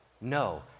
No